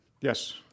Yes